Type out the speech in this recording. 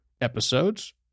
episodes